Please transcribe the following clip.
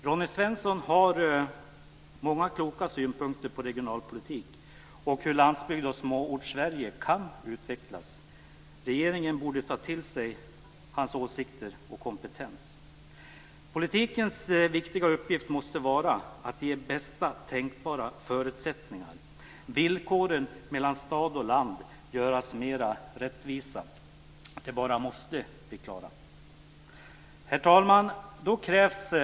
Ronny Svensson har många kloka synpunkter på regionalpolitik och på hur landsbygden och Småortssverige kan utvecklas. Regeringen borde ta till sig hans åsikter och kompetens. Politikens viktiga uppgift måste vara att ge bästa tänkbara förutsättningar. Villkoren mellan stad och land måste göras mer rättvisa. Det bara måste vi klara. Herr talman! Då krävs handling.